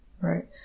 Right